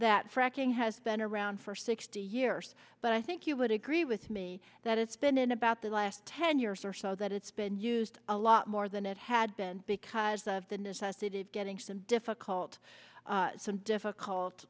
fracking has been around for sixty years but i think you would agree with me that it's been in about the last ten years or so that it's been used a lot more than it had been because of the necessity of getting some difficult difficult